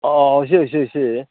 অঁ অঁ হৈছে হৈছে হৈছে